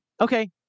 Okay